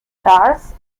charles